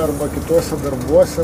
arba kituose darbuose